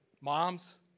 Moms